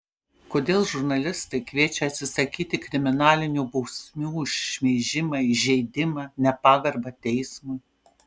kodėl žurnalistai kviečia atsisakyti kriminalinių bausmių už šmeižimą įžeidimą nepagarbą teismui